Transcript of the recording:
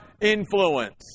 influence